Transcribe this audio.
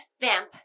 Vamp